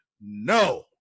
No